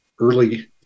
early